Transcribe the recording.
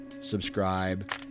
subscribe